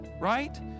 right